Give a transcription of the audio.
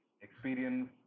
Experience